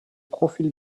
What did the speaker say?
profil